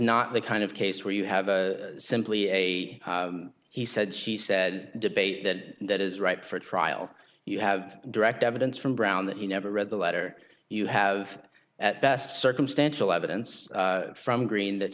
not the kind of case where you have simply a he said she said debate that that is ripe for trial you have direct evidence from brown that you never read the letter you have at best circumstantial evidence from greene that